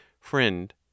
Friend